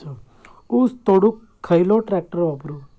ऊस तोडुक खयलो ट्रॅक्टर वापरू?